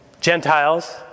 Gentiles